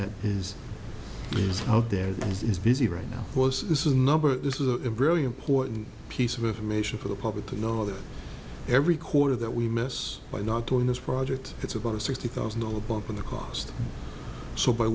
that is out there that is busy right now because this is number this is a really important piece of information for the public to know that every quarter that we miss by not doing this project it's about a sixty thousand dollar bump in the cost so by